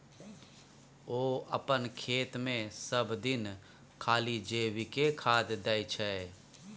ओ अपन खेतमे सभदिन खाली जैविके खाद दै छै